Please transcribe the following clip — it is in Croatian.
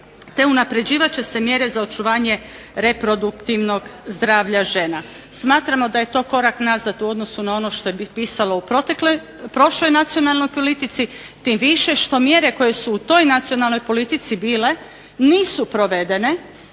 te unapređivat će se mjere za očuvanje reproduktivnog zdravlja žena. Smatramo da je to korak nazad u odnosu na ono što je pisalo u prošloj nacionalnoj politici, tim više što mjere koje su u toj nacionalnoj politici bile nisu provedene.